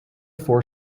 four